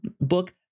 book